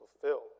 fulfilled